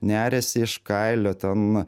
neriasi iš kailio ten